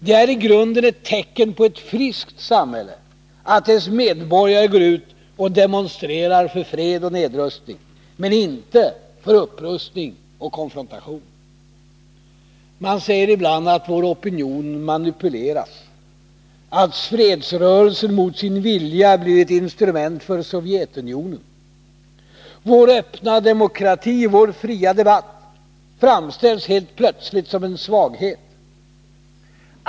Det är i grunden ett tecken på ett friskt samhälle att dess medborgare går ut och demonstrerar för fred och nedrustning, men inte för upprustning och konfrontation. Man säger ibland att vår opinion manipuleras, att fredsrörelsen mot sin vilja blir ett instrument för Sovjetunionen. Vår öppna demokrati och vår fria debatt framställs helt plötsligt som en svaghet.